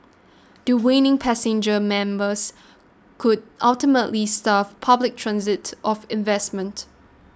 dwindling passenger members could ultimately starve public transit of investment